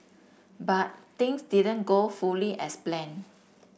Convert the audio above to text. but things didn't go fully as planned